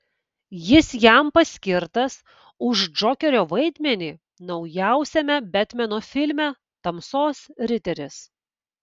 jis jam paskirtas už džokerio vaidmenį naujausiame betmeno filme tamsos riteris